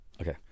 Okay